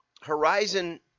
Horizon